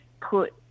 put